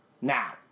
now